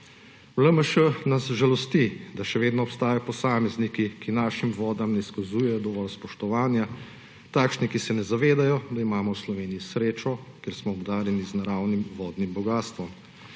V LMŠ nas žalosti, da še vedno obstajajo posamezniki, ki našim vodam ne izkazujejo dovolj spoštovanja, takšni, ki se ne zavedajo, da imamo v Sloveniji srečo, ker smo obdarjeni z naravnih vodnih bogastvom.